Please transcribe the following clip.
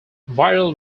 viral